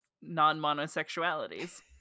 non-monosexualities